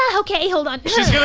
um okay, hold on. she's yeah